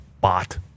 bot